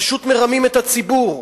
פשוט מרמים את הציבור.